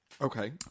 Okay